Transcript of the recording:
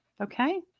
Okay